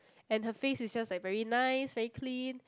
and her face itself like very nice very clean